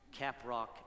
Caprock